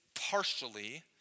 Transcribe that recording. partially